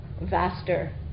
vaster